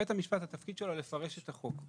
בית המשפט, התפקיד שלו לפרש את החוק.